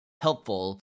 helpful